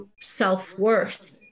self-worth